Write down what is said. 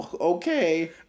okay